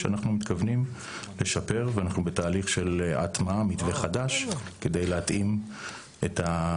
שאנחנו מתכוונים לשפר ושאנחנו בתהליך הטמעת מתווה חדש כדי להתאים את,